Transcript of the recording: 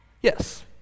Yes